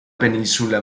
península